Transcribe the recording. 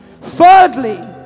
Thirdly